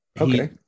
Okay